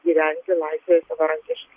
gyventi laisvėj savarankiškai